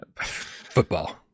football